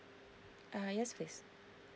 uh yes please